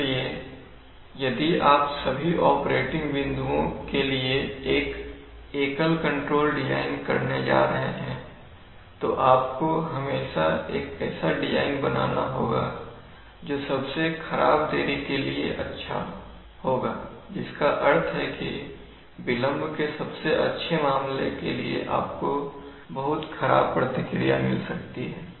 इसलिए यदि आप सभी ऑपरेटिंग बिंदुओं के लिए एक एकल कंट्रोलर डिज़ाइन करने जा रहे हैं तो आपको हमेशा एक ऐसा डिज़ाइन बनाना होगा जो सबसे खराब देरी के लिए अच्छा होगा जिसका अर्थ है कि विलंब के सबसे अच्छे मामले के लिए आपको बहुत खराब प्रतिक्रिया मिल सकती है